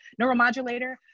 neuromodulator